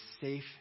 safe